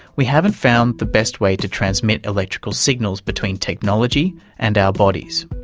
we haven't found the best way to transmit electrical signals between technology and our bodies.